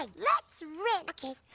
ah let's rinse. okay.